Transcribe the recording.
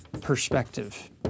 perspective